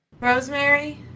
rosemary